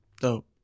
Dope